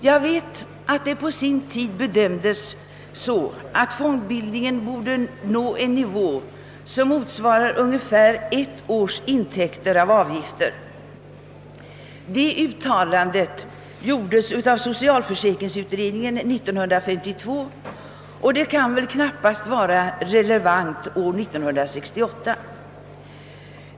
Jag vet att man på sin tid gjorde den bedömningen att fondbildningen borde nå en nivå, som motsvarar ungefär ett års intäkter av avgifter. Detta uttalande gjordes av socialförsäkringsutredningen år 1952 och kan väl knappast vara relevant år 1968.